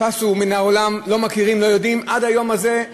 פסו מן העולם, לא מכירים, לא יודעים, עד היום הזה.